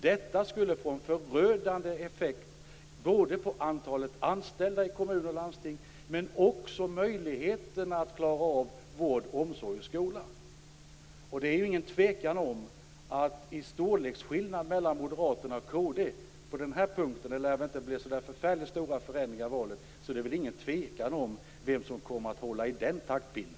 Detta skulle få en förödande effekt på antalet anställda i kommun och landsting, men också på möjligheten att klara av vård, omsorg och skola. Med tanke på storleksskillnaden mellan moderater och kristdemokrater - det lär väl inte bli så förfärligt stora förändringar i valet - är det väl ingen tvekan om vem som kommer att hålla i den taktpinnen.